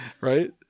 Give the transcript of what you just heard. Right